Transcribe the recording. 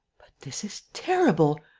but this is terrible!